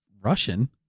Russian